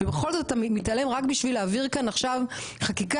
ובכל זאת אתה מתעלם רק בשביל להעביר כאן עכשיו חקיקה,